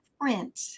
print